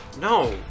No